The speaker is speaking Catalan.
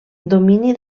domini